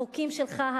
החוקים שלך,